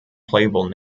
playable